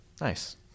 Nice